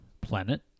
planet